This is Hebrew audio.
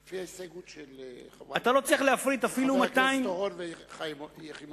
לפי ההסתייגות של חברי הכנסת אורון ויחימוביץ.